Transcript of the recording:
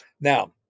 Now